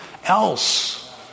else